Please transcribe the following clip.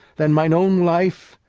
than mine own life,